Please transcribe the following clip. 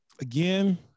again